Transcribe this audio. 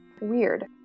weird